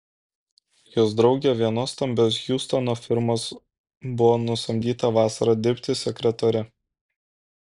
jos draugė vienos stambios hjustono firmos buvo nusamdyta vasarą dirbti sekretore